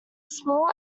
small